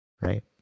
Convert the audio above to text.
right